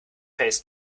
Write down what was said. pays